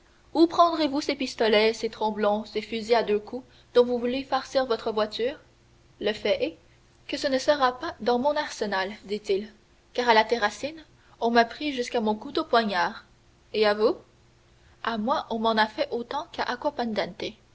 où prendrez-vous ces pistolets ces tromblons ces fusils à deux coups dont vous voulez farcir votre voiture le fait est que ce ne sera pas dans mon arsenal dit-il car à la terracine on m'a pris jusqu'à mon couteau poignard et à vous à moi on m'en a fait autant à